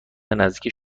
نزدیک